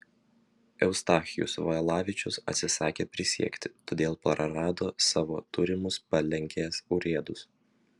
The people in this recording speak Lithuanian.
eustachijus valavičius atsisakė prisiekti todėl prarado savo turimus palenkės urėdus